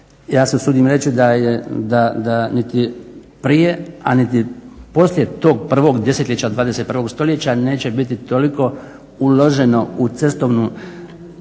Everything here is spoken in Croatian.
Ja se usudim reći da je, da niti prije a niti poslije tog prvog desetljeća 21. stoljeća neće biti toliko uloženo u cestovnu,